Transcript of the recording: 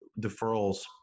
deferrals